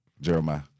Jeremiah